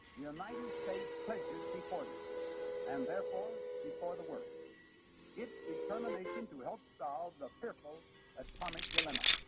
the united states pledges before you and therefore before the world its determination to help solve the fearful atomic dilemma,